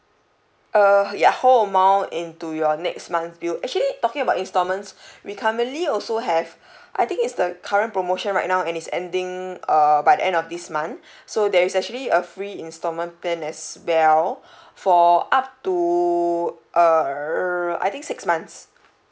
uh ya whole amount into your next month bill actually talking about instalments we currently also have I think it's the current promotion right now and it's ending err by the end of this month so there is actually a free instalment plan as well for up to err I think six months